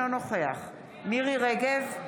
אינו נוכח מירי מרים רגב,